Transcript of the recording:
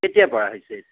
কেতিয়াৰ পৰা হৈছে